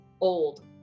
old